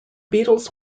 beatles